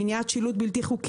מניעת השלכת פסולת וטיפול בפסולת,